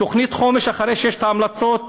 תוכנית חומש: אחרי שיש המלצות,